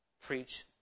preach